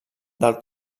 del